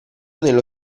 nello